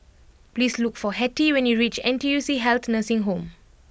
please look for Hetty when you reach N T U C Health Nursing Home